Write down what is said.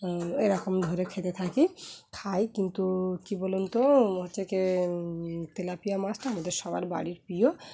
এরকম ধরে খেতে থাকি খাই কিন্তু কী বলুন তো হচ্ছে ক তেলাপিয়া মাছটা আমাদের সবার বাড়ির প্রিয়